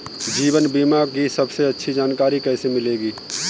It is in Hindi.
जीवन बीमा की सबसे अच्छी जानकारी कैसे मिलेगी?